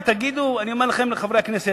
אני אומר לחברי הכנסת,